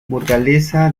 burgalesa